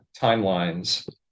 timelines